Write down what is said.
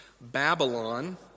Babylon